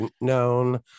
known